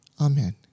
Amen